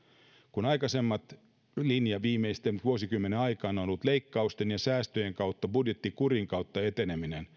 kun linja viimeisten vuosikymmenten aikana on ollut leikkausten ja säästöjen kautta budjettikurin kautta eteneminen